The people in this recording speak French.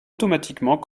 automatiquement